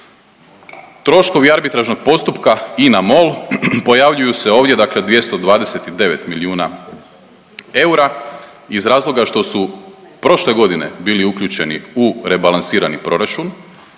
Troškovi arbitražnog postupka INA-MOL pojavljuju se ovdje, dakle 229 milijuna eura iz razloga što su prošle godine bili uključeni u rebalansirani proračun,